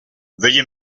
veuillez